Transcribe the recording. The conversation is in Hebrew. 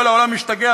כל העולם השתגע,